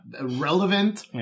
relevant